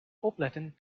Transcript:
opletten